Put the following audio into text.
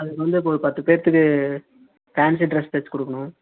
அதற்கு வந்து இப்போ ஒரு பத்து பேர்த்துக்கு ஃபேன்ஸி ட்ரெஸ் தச்சு கொடுக்கணும்